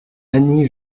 annie